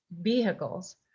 vehicles